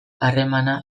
hamarrena